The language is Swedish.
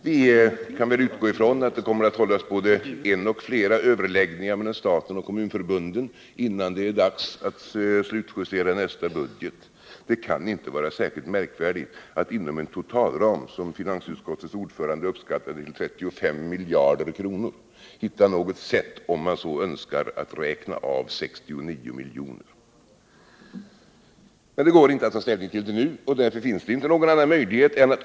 Vi kan väl utgå ifrån att det kommer att hållas både en och flera överläggningar mellan staten och kommunförbunden innan det är dags att slutjustera nästa budget. Det kan inte vara särskilt märkvärdigt att inom en totalram, som finansutskottets ordförande uppskattar till 35 miljarder kronor, hitta något sätt, om man så önskar, att räkna av 69 miljoner. Men det går inte att ta ställning till det nu.